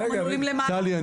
המנעולים למטה --- טלי,